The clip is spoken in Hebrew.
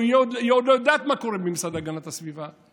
היא עוד לא יודעת מה קורה במשרד להגנת הסביבה,